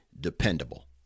dependable